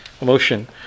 emotion